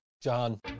John